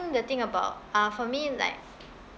the thing about uh for me like